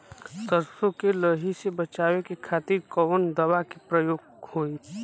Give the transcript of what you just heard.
सरसो के लही से बचावे के खातिर कवन दवा के प्रयोग होई?